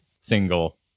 single